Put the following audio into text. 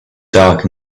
dark